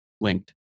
linked